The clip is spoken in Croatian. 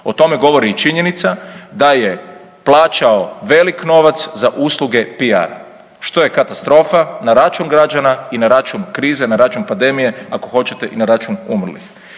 O tome govori i činjenica da je plaćao velik novac za usluge piar, što je katastrofa, na račun građana i na račun krize, na račun pandemije, ako hoćete i na račun umrlih.